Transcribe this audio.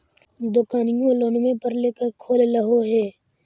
दोकनिओ लोनवे पर लेकर खोललहो हे?